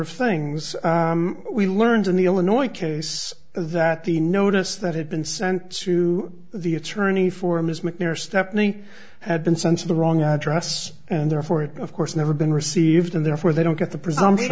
of things we learned in the illinois case that the notice that had been sent to the attorney for ms mcnair stepney had been sent to the wrong address and therefore it of course never been received and therefore they don't get the pre